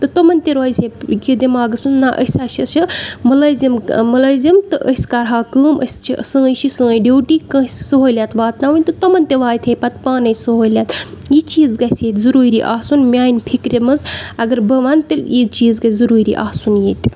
تہٕ تِمن تہِ روزِ ہا دٮ۪ماغس منٛز نہ أسۍ ہسا چھِ مُلٲزِم مُلٲزم تہٕ أسۍ کرہاو کٲم أسۍ چھِ سٲنۍ چھِ ڈیوٹی کٲنسہِ سہوٗلِیت واتناوٕنۍ تہٕ تِمن تہِ واتہِ ہے پَتہٕ پانے سہوٗلیت یہِ چیٖز گژھِ ییٚتہِ ضروٗری آسُن میانہِ فِکرِ منٛز اَگر بہٕ وَنہٕ تہٕ یہِ چیٖز گژھِ ضروٗری آسُن ییٚتہِ